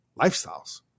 lifestyles